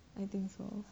I think so